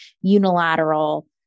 unilateral